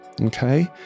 Okay